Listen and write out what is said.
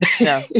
No